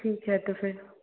ठीक है तो फिर